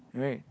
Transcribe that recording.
right